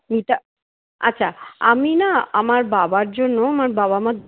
মিতা আচ্ছা আমি না আমার বাবার জন্য আমার বাবা মা